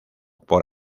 por